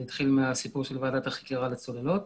זה התחיל מהסיפור של ועדת החקירה לצוללות.